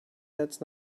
that’s